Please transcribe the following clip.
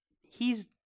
he's-